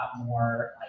more